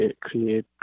create